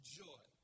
joy